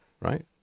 right